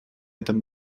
этом